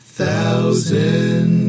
thousand